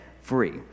free